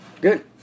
Good